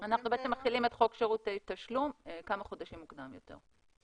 אנחנו מחילים את חוק שירותי תשלום כמה חודשים מוקדם יותר.